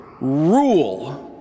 rule